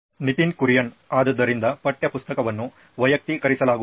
ನಿತಿನ್ ಕುರಿಯನ್ ಆದ್ದರಿಂದ ಪಠ್ಯಪುಸ್ತಕವನ್ನು ವೈಯಕ್ತೀಕರಿಸಲಾಗುವುದು